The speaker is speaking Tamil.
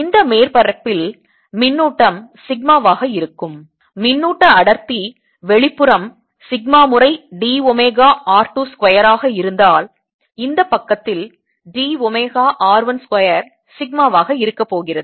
இந்த மேற்பரப்பில் மின்னூட்டம் சிக்மாவாக இருக்கும் மின்னூட்ட அடர்த்தி வெளிப்புறம் சிக்மா முறை d ஒமேகா r 2 ஸ்கொயர் ஆக இருந்தால் இந்த பக்கத்தில் d ஒமேகா r 1 ஸ்கொயர் சிக்மாவாக இருக்கப் போகிறது